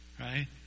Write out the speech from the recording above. Right